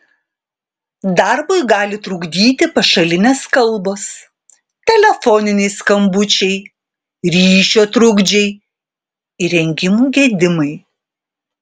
darbui gali trukdyti pašalinės kalbos telefoniniai skambučiai ryšio trukdžiai įrengimų gedimai